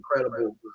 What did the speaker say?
incredible